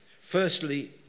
Firstly